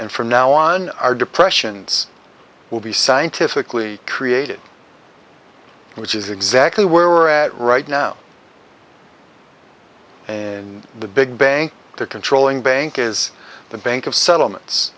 and from now on our depressions will be scientifically created which is exactly where we're at right now and the big bang the controlling bank is the bank of settlements